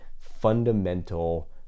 fundamental